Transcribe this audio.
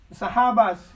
Sahabas